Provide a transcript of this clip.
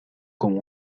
como